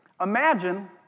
Imagine